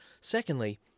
Secondly